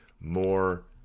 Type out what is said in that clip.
more